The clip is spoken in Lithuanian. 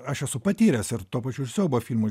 aš esu patyręs ir tuo pačiu ir siaubo filmų